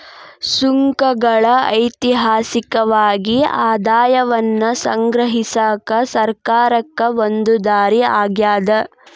ಸುಂಕಗಳ ಐತಿಹಾಸಿಕವಾಗಿ ಆದಾಯವನ್ನ ಸಂಗ್ರಹಿಸಕ ಸರ್ಕಾರಕ್ಕ ಒಂದ ದಾರಿ ಆಗ್ಯಾದ